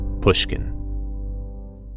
pushkin